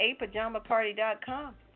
apajamaparty.com